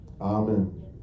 Amen